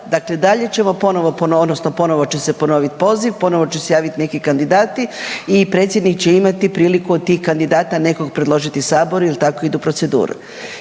Dakle, ćemo ponovo odnosno ponovo će se ponovit poziv, ponovo će se javiti neki kandidati i predsjednik će imati priliku od tih kandidata predložiti saboru jer tako idu procedure.